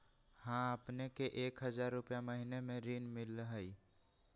हां अपने के एक हजार रु महीने में ऋण मिलहई?